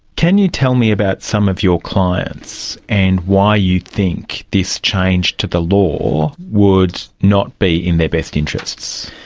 can you tell me about some of your clients and why you think this change to the law would not be in their best interests?